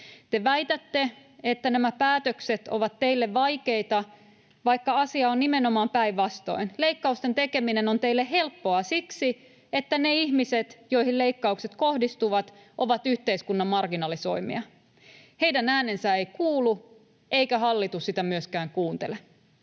Te väitätte, että nämä päätökset ovat teille vaikeita, vaikka asia on nimenomaan päinvastoin: Leikkausten tekeminen on teille helppoa siksi, että ne ihmiset, joihin leikkaukset kohdistuvat, ovat yhteiskunnan marginalisoimia. Heidän äänensä ei kuulu, eikä hallitus sitä myöskään kuuntele.